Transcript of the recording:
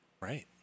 Right